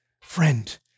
Friend